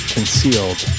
Concealed